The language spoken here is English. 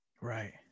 Right